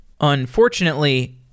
Unfortunately